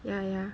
ya ya